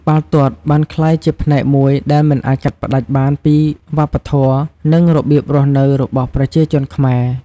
បាល់ទាត់បានក្លាយជាផ្នែកមួយដែលមិនអាចកាត់ផ្តាច់បានពីវប្បធម៌ និងរបៀបរស់នៅរបស់ប្រជាជនខ្មែរ។